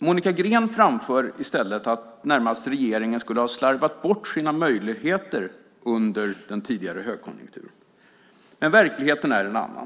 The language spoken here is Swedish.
Monica Green framför i stället att regeringen närmast skulle ha slarvat bort sina möjligheter under den tidigare högkonjunkturen. Verkligheten är en annan.